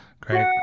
Great